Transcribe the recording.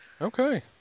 Okay